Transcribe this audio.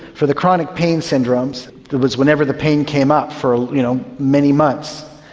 for the chronic pain syndromes, it was whenever the pain came up for you know many months.